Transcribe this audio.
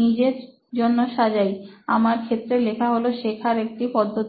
নিজের জন্য সাজাই আমার ক্ষেত্রে লেখা হল শেখার একটি পদ্ধতি